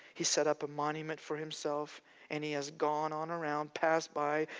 he set up a monument for himself and he has gone on around, passed by,